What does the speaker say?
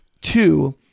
Two